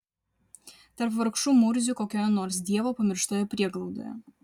tarp vargšų murzių kokioje nors dievo pamirštoje prieglaudoje